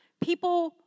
People